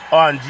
on